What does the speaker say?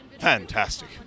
fantastic